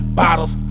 bottles